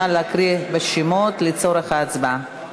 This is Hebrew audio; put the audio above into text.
נא להקריא את השמות לצורך ההצבעה.